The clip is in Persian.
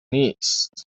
نیست